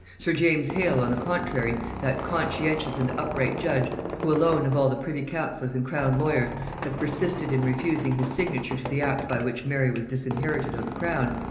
sir james hales on the contrary, that conscientious and upright judge, who alone, of all the privy-counsellors and crown-lawyers, had persisted in refusing his signature to the act by which mary was disinherited of the crown,